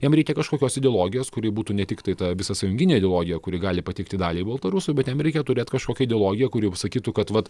jam reikia kažkokios ideologijos kuri būtų ne tiktai ta visa sąjunginė ideologija kuri gali patikti daliai baltarusių bet jam reikia turėt kažkokią ideologiją kuri sakytų kad vat